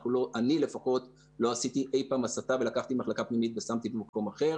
אני לפחות לא עשיתי אי פעם הסטה ולקחתי ממחלקה פנימית ושמתי במקום אחר.